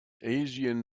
asian